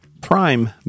Prime